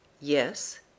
yes